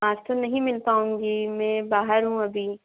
आज तो नहीं मिल पाऊँगी मैं बाहर हूँ अभी